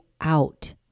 out